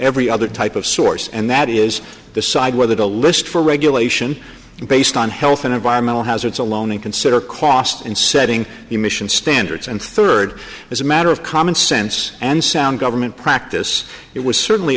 every other type of source and that is decide whether to list for regulation based on health and environmental hazards alone and consider cost in setting emission standards and third as a matter of common sense and sound government practice it was certainly